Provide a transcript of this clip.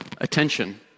attention